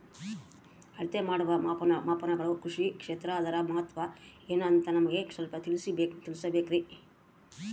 ಅಳತೆ ಮಾಡುವ ಮಾಪನಗಳು ಕೃಷಿ ಕ್ಷೇತ್ರ ಅದರ ಮಹತ್ವ ಏನು ಅಂತ ನಮಗೆ ಸ್ವಲ್ಪ ತಿಳಿಸಬೇಕ್ರಿ?